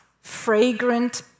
Fragrant